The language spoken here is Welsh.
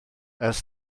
ers